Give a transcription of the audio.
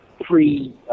Pre